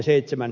puhemies